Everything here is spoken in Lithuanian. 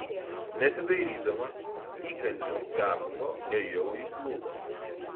nesidairydama įkandin čarlzo ėjau į klubą